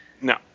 No